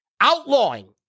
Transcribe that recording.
outlawing